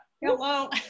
Hello